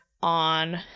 on